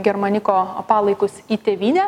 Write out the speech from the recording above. germaniko palaikus į tėvynę